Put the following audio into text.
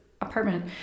apartment